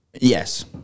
yes